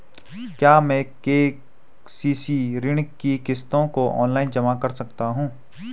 क्या मैं के.सी.सी ऋण की किश्तों को ऑनलाइन जमा कर सकता हूँ?